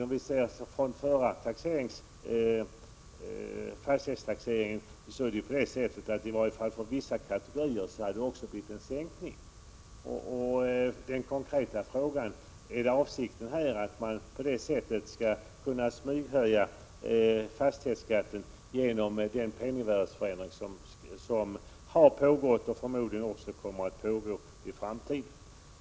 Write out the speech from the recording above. Om vi ser tillbaka på den förra fastighetstaxeringen finner vi å andra sidan också att det i varje fall för vissa kategorier hade medfört en sänkning. Min konkreta fråga blir: Är avsikten den att man på det sättet skall kunna smyghöja fastighetsskatten genom att oberoende av penningvärdesförändring fasthålla vid samma uttagsregler vid fastighetsbeskattningen?